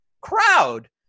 crowd